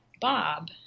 Bob